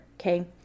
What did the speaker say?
Okay